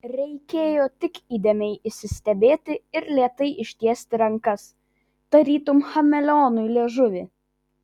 reikėjo tik įdėmiai įsistebėti ir lėtai ištiesti rankas tarytum chameleonui liežuvį